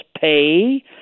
pay